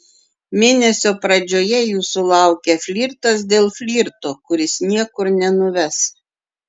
mėnesio pradžioje jūsų laukia flirtas dėl flirto kuris niekur nenuves